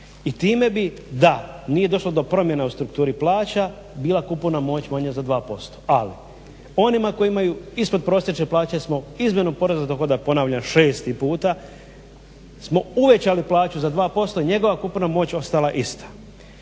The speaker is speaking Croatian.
i time bi da nije došlo do promjene u strukturi plaća bila kupovna moć manja za 2%. Ali onima koji imaju ispodprosječne plaće smo izmjenom poreza na dohodak ponavljam 6.puta smo uvećali plaću za 2%, a njegova kupovna moć ostala je ista.